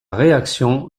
réaction